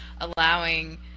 allowing